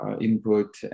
input